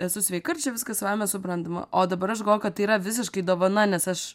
esu sveika ir čia viskas savaime suprantama o dabar aš galvoju kad tai yra visiškai dovana nes aš